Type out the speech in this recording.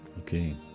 okay